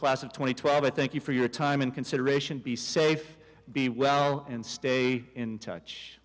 class of twenty twelve i thank you for your time in consideration be safe be well and stay in touch